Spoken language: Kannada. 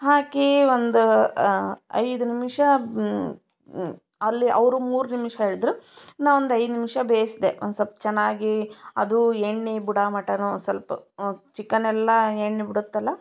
ಹಾಕಿ ಒಂದು ಐದು ನಿಮಿಷ ಅಲ್ಲಿ ಅವರು ಮೂರು ನಿಮಿಷ ಹೇಳ್ದ್ರು ನಾ ಒಂದು ಐದು ನಿಮಿಷ ಬೇಯಿಸ್ದೆ ಒಂದ್ಸೊಲ್ಪ್ ಚೆನ್ನಾಗಿ ಅದು ಎಣ್ಣೆ ಬಿಡಾಮಟಾನು ಸ್ವಲ್ಪ ಚಿಕನ್ ಎಲ್ಲ ಎಣ್ಣೆ ಬಿಡುತ್ತಲ್ಲ